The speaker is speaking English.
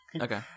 Okay